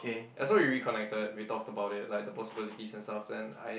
and so we reconnected we talked about it like the possibilities and stuff then I